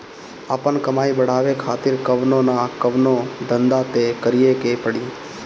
आपन कमाई बढ़ावे खातिर कवनो न कवनो धंधा तअ करीए के पड़ी